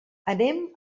anem